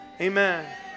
Amen